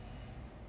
to the